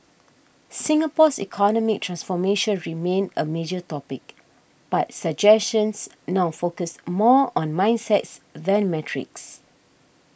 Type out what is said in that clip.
Singapore's economic transformation remained a major topic but suggestions now focused more on mindsets than metrics